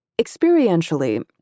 Experientially